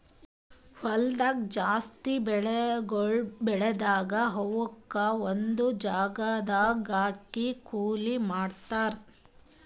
ಹೊಲ್ದಾಗ್ ಜಾಸ್ತಿ ಬೆಳಿಗೊಳ್ ಬೆಳದಾಗ್ ಅವುಕ್ ಒಂದು ಜಾಗದಾಗ್ ಹಾಕಿ ಕೊಯ್ಲಿ ಮಾಡ್ತಾರ್